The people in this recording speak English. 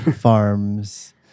farms